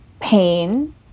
pain